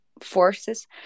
forces